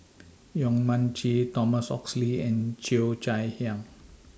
Yong Mun Chee Thomas Oxley and Cheo Chai Hiang